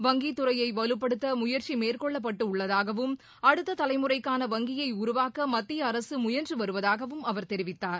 வங்கித் துறையை வலுப்படுத்த முயற்சி மேற்கொள்ளப்பட்டு உள்ளதாகவும் அடுத்த தலைமுறைக்கான வங்கியை உருவாக்க மத்திய அரசு முயன்று வருவதாகவும் அவர் தெரிவித்தார்